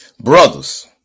Brothers